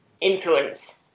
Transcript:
influence